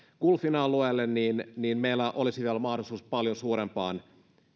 gulfin alueelle niin niin meillä olisi vielä mahdollisuus paljon suurempaan